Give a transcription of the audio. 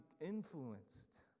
influenced